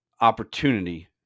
opportunity